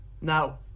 Now